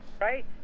Right